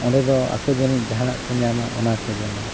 ᱚᱸᱰᱮ ᱫᱚ ᱟᱠᱚ ᱡᱟᱱᱤᱡ ᱡᱟᱦᱟᱱᱟᱜ ᱠᱚ ᱧᱟᱢᱟ ᱚᱱᱟ ᱠᱚ ᱡᱚᱢᱟ